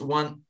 one